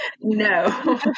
no